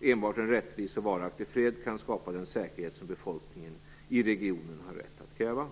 Enbart en rättvis och varaktig fred kan skapa den säkerhet som befolkningen i regionen har rätt att kräva.